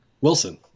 Wilson